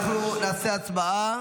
אנחנו נעשה הצבעה,